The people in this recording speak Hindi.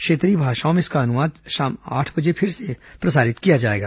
क्षेत्रीय भाषाओं में इसका अनुवाद शाम आठ बजे फिर से प्रसारित किया जायेगा